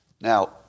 Now